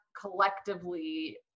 collectively